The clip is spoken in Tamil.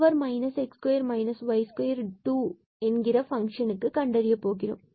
பங்ஷனுக்கு கண்டறிய போகிறோம்